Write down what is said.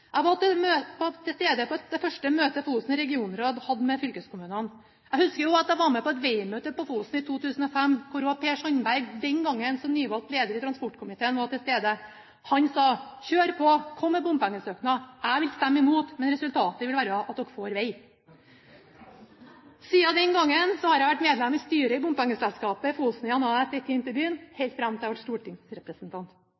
Jeg var til stede på det første møtet Fosen regionråd hadde med fylkeskommunene. Jeg husker også at jeg var med på et vegmøtet på Fosen i 2005, hvor Per Sandberg, den gangen nyvalgt leder i transport- og kommunikasjonskomiteen, var til stede. Han sa: Kjør på og kom med bompengesøknad, jeg vil stemme imot, men resultatet vil være at dere får veg! Siden den gang har jeg vært medlem i styret i bompengeselskapet «Fosenvegene AS – ei tim’ te’ by’n» helt fram til jeg ble stortingsrepresentant. I